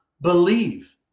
believe